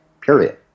period